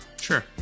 sure